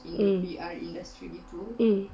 mm mm